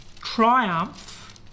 triumph